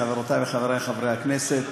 חברותי וחברי חברי הכנסת,